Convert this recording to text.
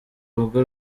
rugo